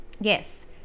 Yes